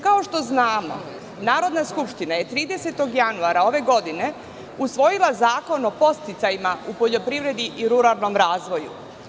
Kao što znamo, Narodna skupština je 30. januara ove godine usvojila Zakon o podsticajima u poljoprivredi i ruralnom razvoju.